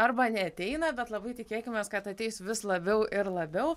arba neateina bet labai tikėkimės kad ateis vis labiau ir labiau